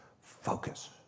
focus